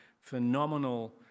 phenomenal